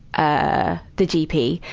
ah, the gp,